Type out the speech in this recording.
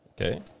Okay